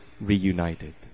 reunited